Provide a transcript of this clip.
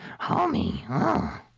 Homie